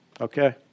Okay